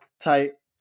type